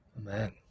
Amen